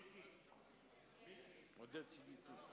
בבקשה.